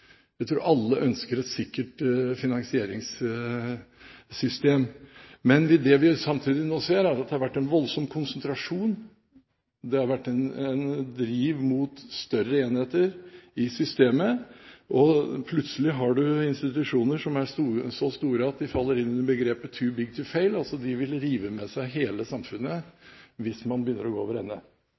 Jeg tror alle ønsker et sikkert finansieringssystem, men det vi samtidig nå ser, er at det har vært en voldsom konsentrasjon. Det har vært en driv mot større enheter i systemet, og plutselig har du institusjoner som er så store at de faller inn under begrepet «too big to fail», altså de vil rive med seg hele samfunnet hvis de begynner å gå